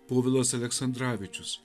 povilas aleksandravičius